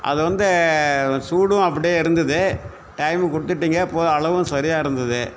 அது வந்து சூடும் அப்படியே இருந்தது டைமுக்கு கொடுத்துடீங்க போது அளவும் சரியாக இருந்தது